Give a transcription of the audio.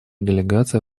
делегация